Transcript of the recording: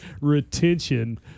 retention